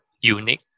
unique